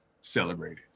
celebrated